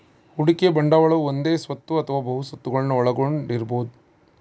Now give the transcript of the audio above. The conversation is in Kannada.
ಹೂಡಿಕೆ ಬಂಡವಾಳವು ಒಂದೇ ಸ್ವತ್ತು ಅಥವಾ ಬಹು ಸ್ವತ್ತುಗುಳ್ನ ಒಳಗೊಂಡಿರಬೊದು